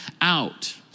out